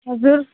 हजुर